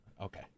Okay